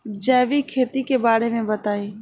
जैविक खेती के बारे में बताइ